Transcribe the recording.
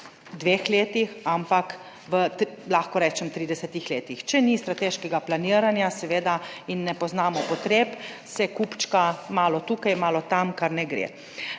dveh letih, ampak lahko rečem v 30 letih. Če ni strateškega planiranja in ne poznamo potreb, se kupčka malo tukaj, malo tam, kar ne gre.